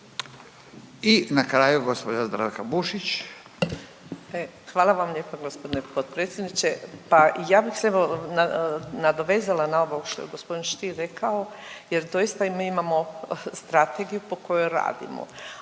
Bušić. **Bušić, Zdravka (HDZ)** Hvala vam lijepa g. potpredsjedniče. Pa ja bih se evo nadovezala na ovo što je g. Stier rekao jer doista i mi imamo strategiju po kojoj radimo,